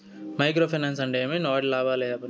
Micro finance అంటే ఏమి? వాటి లాభాలు సెప్పండి?